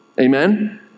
Amen